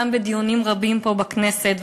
גם בדיונים רבים פה בכנסת,